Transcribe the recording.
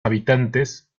habitantes